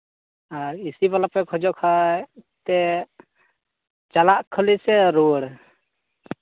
ᱟᱨ ᱮᱹᱥᱤ ᱵᱟᱞᱟ ᱯᱮ ᱠᱷᱚᱡᱚᱜ ᱠᱷᱟᱱ ᱮᱱᱛᱮᱜ ᱪᱟᱞᱟᱜ ᱠᱷᱟᱹᱞᱤ ᱥᱮ ᱨᱩᱣᱟᱹᱲ